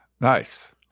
Nice